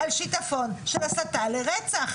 על שטפון של הסתה לרצח.